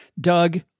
Doug